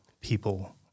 people